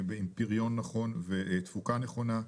עם פריון נכון ותפוקה נכונה.